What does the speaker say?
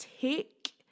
take